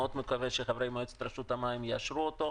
אני מאוד מקווה שחברי מועצת המים יאשרו אותו.